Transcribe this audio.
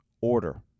Order